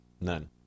None